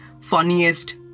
funniest